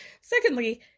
Secondly